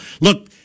Look